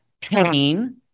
pain